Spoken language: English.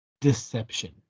Deception